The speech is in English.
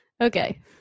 Okay